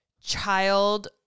child